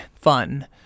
fun